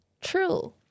true